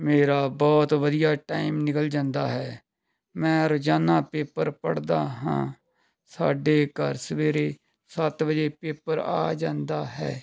ਮੇਰਾ ਬਹੁਤ ਵਧੀਆ ਟਾਈਮ ਨਿਕਲ ਜਾਂਦਾ ਹੈ ਮੈਂ ਰੋਜ਼ਾਨਾ ਪੇਪਰ ਪੜ੍ਹਦਾ ਹਾਂ ਸਾਡੇ ਘਰ ਸਵੇਰੇ ਸੱਤ ਵਜੇ ਪੇਪਰ ਆ ਜਾਂਦਾ ਹੈ